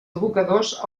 abocadors